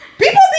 people